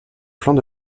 flanc